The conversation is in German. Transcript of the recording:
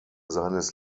seines